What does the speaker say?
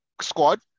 squad